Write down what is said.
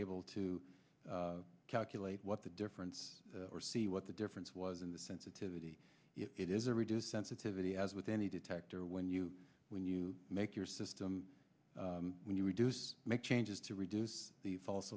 able to calculate what the difference or see what the difference was in the sensitivity it is a reduced sensitivity as with any detector when you when you make your system when you reduce make changes to reduce the false